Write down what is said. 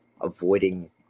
avoiding